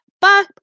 Bye